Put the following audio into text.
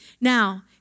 Now